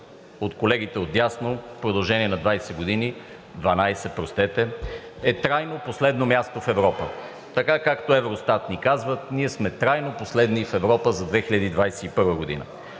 от колегите отдясно в продължение на 12 години е трайно последно място в Европа, така както Евростат ни казват – ние сме трайно последни и в Европа за 2021 г.